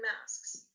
masks